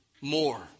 more